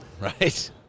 right